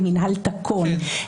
במינה לתקון.